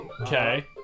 Okay